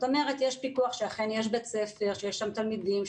יש פיקוח שאכן יש בית ספר, שיש שם תלמידים,